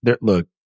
look